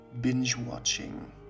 binge-watching